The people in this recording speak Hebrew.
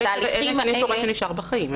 אלא אם יש הורה שנשאר בחיים.